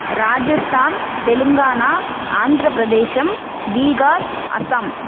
Rajasthan Telangana Andhra Pradesh Bihar Assam